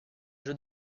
jeux